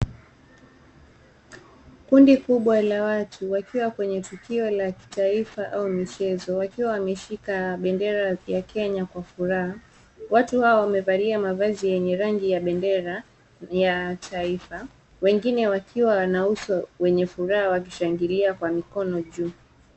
Kundi kubwa la watu wakiwa kwenye tukio la kitaifa au michezo wakiwa wameshika bendera vya Kenya kwa furaha. Watu hawa wamevalia mavazi yenye rangi ya bendera ya taifa. Wengine wakiwa na uso wenye furaha wakishangilia kwa mikono juu.